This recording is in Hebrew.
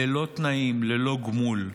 ללא תנאים, ללא גמול,